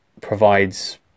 provides